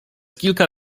kilka